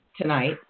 tonight